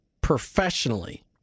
professionally